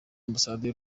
ambasade